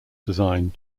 design